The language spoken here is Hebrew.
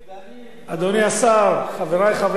אדוני השר, חברי חברי הכנסת,